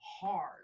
hard